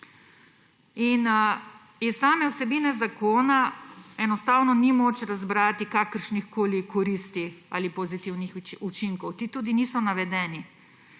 Iz same vsebine zakona enostavno ni moč razbrati kakršnih koli koristi ali pozitivnih učinkov. Ti tudi niso navedeni.